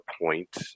point